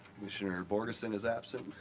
commissioner borgeson is absent,